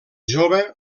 jove